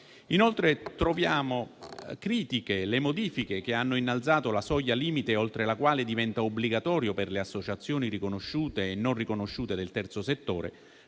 Inoltre, troviamo critiche le modifiche che hanno innalzato la soglia limite oltre la quale diventa obbligatorio, per le associazioni riconosciute e non riconosciute del terzo settore,